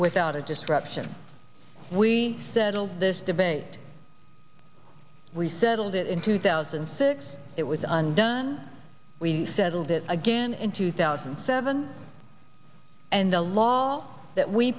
without a destruction we settle this debate we settled it in two thousand and six it was undone we settled it again in two thousand and seven and the law that we